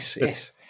yes